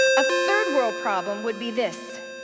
a third world problem would be this.